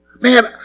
Man